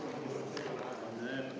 Hvala